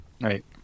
Right